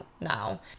now